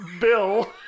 Bill